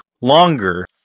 longer